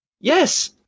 Yes